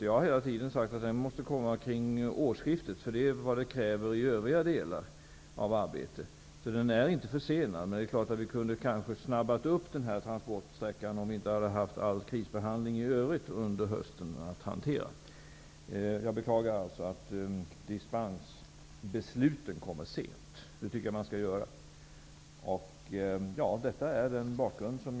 Jag har hela tiden sagt att den måste komma att läggas fram kring årsskiftet på grund av övriga delar av arbetet. Man har alltså inte skjutit på kretsloppspropositionen, men vi kanske hade kunnat göra transportsträckan kortare om vi inte under hösten hade haft att hantera all krisbehandling i övrig. Jag beklagar att beslutet om dispens kommer sent. Det tycker jag att man skall göra. Detta är bakgrunden.